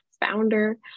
founder